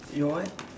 your what